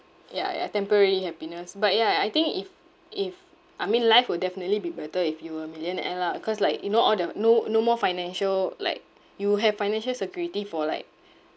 ya ya temporary happiness but ya ya I think if if I mean life will definitely be better if you a millionaire lah cause like you know all the no no more financial like you have financial security for like